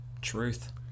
truth